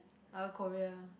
uh Korea